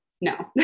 no